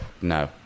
no